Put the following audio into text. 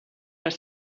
les